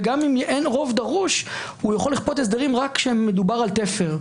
וגם אם אין רוב דרוש הוא יכול לכפות הסדרים רק כשמדובר על תפר.